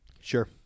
Sure